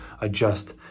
adjust